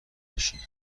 بشی